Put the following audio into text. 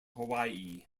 hawaii